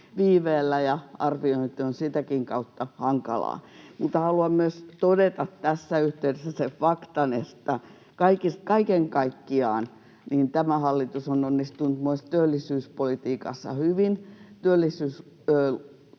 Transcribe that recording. viiveellä ja arviointi on sitäkin kautta hankalaa. Mutta haluan todeta tässä yhteydessä sen faktan, että kaiken kaikkiaan tämä hallitus on onnistunut myös työllisyyspolitiikassa hyvin.